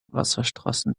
wasserstraßen